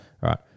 right